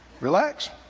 Relax